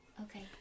Okay